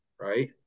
right